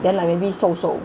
then like maybe 瘦瘦